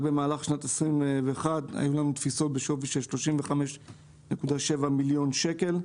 רק במהלך שנת 2021 היו לנו תפיסות בשווי של 35.7 מיליון שקל.